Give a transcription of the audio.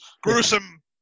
gruesome